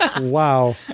Wow